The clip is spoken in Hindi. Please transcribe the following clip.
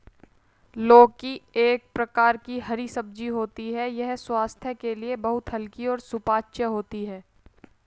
लौकी एक प्रकार की हरी सब्जी होती है यह स्वास्थ्य के लिए बहुत हल्की और सुपाच्य होती है